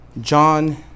John